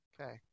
Okay